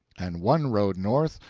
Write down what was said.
and one rode north,